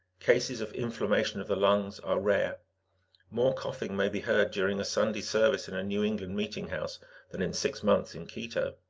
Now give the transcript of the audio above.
cases of inflammation of the lungs are rare more coughing may be heard during a sunday service in a new england meeting-house than in six months in quito.